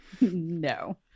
No